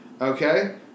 Okay